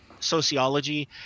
sociology